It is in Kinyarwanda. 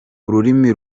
ururimi